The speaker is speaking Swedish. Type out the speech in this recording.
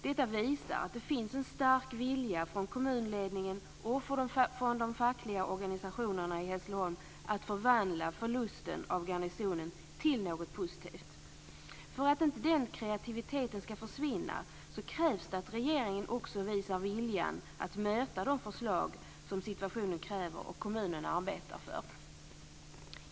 Detta visar att det finns en stark vilja från kommunledningen och från de fackliga organisationerna i Hässleholm att förvandla förlusten av garnisonen till något positivt. För att inte den kreativiteten ska försvinna krävs det att regeringen också visar viljan att möta de förslag som situationen kräver och kommunen arbetar för.